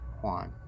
Juan